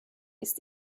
ist